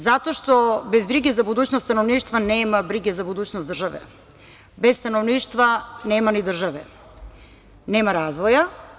Zato što bez brige za budućnost stanovništva nema brige za budućnost države, bez stanovništva nema ni države, nema razvoja.